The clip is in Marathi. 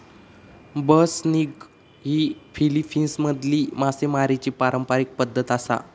बसनिग ही फिलीपिन्समधली मासेमारीची पारंपारिक पद्धत आसा